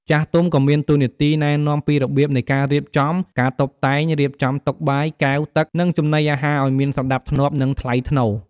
ចាស់ទុំក៏មានតួនាទី ណែនាំពីរបៀបនៃការរៀបចំ ការតុបតែង រៀបចំតុបាយ កែវ ទឹក និងចំណីអាហារឲ្យមានសណ្ដាប់ធ្នាប់ និងថ្លៃថ្នូរ។